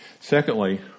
Secondly